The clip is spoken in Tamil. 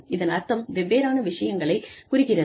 இதன் அர்த்தம் வெவ்வேறான விஷயங்களைக் குறிக்கிறது